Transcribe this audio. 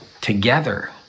together